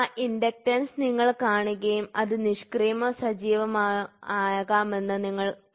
ആ ഇൻഡക്റ്റൻസ് നിങ്ങൾ കാണുകയാണെങ്കിൽ അത് നിഷ്ക്രിയമോ സജീവമായതോ ആകാമെന്ന് നിങ്ങൾക്ക് കാണാം